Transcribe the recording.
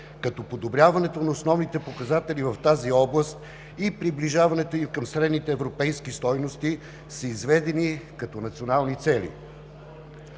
като подобряването на основните показатели в тази област и приближаваното ѝ към средните европейски стойности са изведени като национални цели.